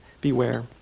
beware